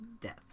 death